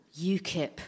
UKIP